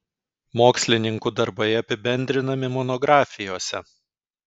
mokslininkų darbai apibendrinami monografijose